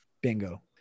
Bingo